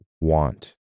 want